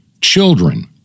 children